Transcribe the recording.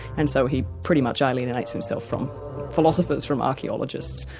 and so he pretty much alienates himself from philosophers, from archaeologists,